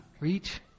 reach